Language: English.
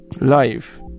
life